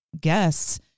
guests